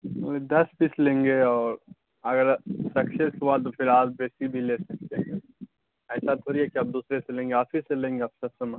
دس piece لیں گے اور اگر سکسیس ہوا تو پھر آج بیسی بھی لے سکتے ہیں ایسا تھوڑی ہے کہ آپ دوسرے سے لیں گے آپ ہی سے لیں گے اب تک تو ہم